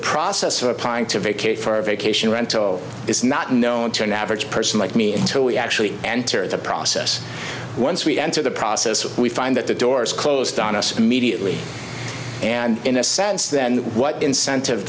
process of applying to vacate for a vacation rental is not known to an average person like me until we actually enter the process once we enter the process we find that the doors closed on us immediately and in a sense then what incentive